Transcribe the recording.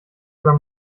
über